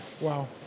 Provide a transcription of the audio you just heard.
wow